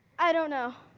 i don't know.